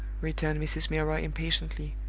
returned mrs. milroy, impatiently.